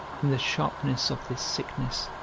in the sharpness of this sickness,